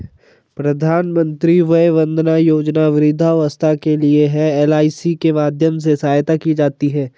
प्रधानमंत्री वय वंदना योजना वृद्धावस्था के लिए है, एल.आई.सी के माध्यम से सहायता की जाती है